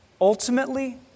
ultimately